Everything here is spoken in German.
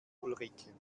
ulrike